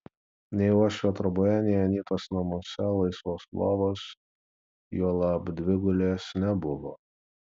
nei uošvio troboje nei anytos namuose laisvos lovos juolab dvigulės nebuvo